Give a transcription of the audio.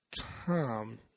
Tom